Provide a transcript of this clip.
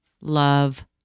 love